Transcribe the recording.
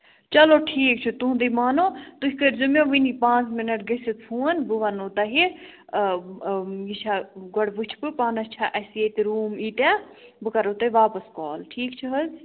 چَلو ٹھیٖک چھُ تُہُنٛدُے مانو تُہۍ کٔرۍزیٚو مےٚ وُنۍ پانٛژِ مِنَٹ گٔژھِتھ فون بہٕ وَنوو تۅہہِ آ یہِ چھا گۄڈٕ وُچھٕ بہٕ پانَس چھا اَسہِ ییٚتہِ روٗم ییٖتیٛاہ بہٕ کَرو تۅہہِ واپَس کال ٹھیٖک چھُ حظ